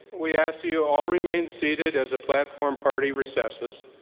we ask you all remain seated as a platform party recesses.